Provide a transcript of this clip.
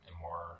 more